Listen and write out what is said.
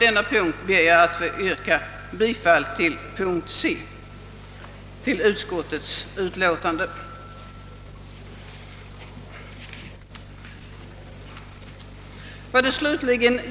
Jag ber att få yrka bifall till utskottets hemställan under punkten C.